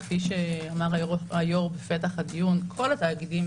כפי שהיו"ר אמר בפתח הדיון - כל התאגידים